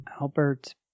Albert